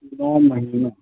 نو مہینہ